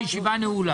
הישיבה נעולה.